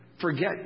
forget